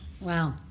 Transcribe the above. Wow